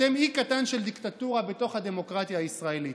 אתם אי קטן של דיקטטורה בתוך הדמוקרטיה הישראלית,